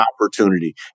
opportunity